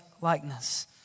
likeness